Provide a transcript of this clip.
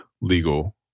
legal